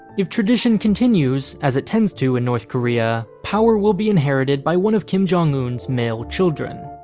if tradition continues, as it tends to in north korea, power will be inherited by one of kim jong-un's male children.